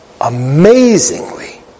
amazingly